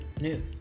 new